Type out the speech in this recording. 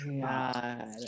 God